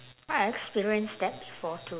I experience that before too